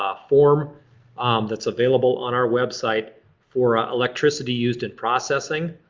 ah form that's available on our website for electricity used in processing.